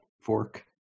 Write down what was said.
Fork